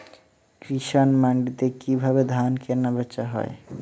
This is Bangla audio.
কৃষান মান্ডিতে কি ভাবে ধান কেনাবেচা হয়?